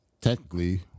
Technically